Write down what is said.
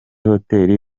hoteli